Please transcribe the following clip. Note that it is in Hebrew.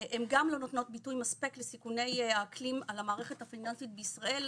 הן גם לא נותנות ביטוי מספק לסיכוני האקלים על המערכת הפיננסית בישראל,